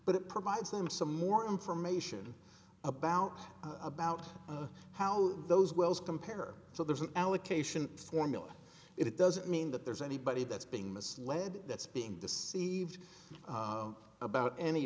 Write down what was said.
but it provides them some more information about about how those wells compare so there's an allocation formula it doesn't mean that there's anybody that's being misled that's being deceived about any